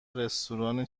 رستوران